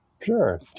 Sure